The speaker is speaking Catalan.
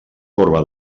corba